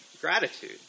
gratitude